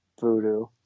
voodoo